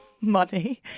money